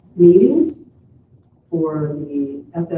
meetings for the